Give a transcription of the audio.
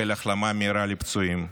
ולאחל החלמה מהירה לפצועים.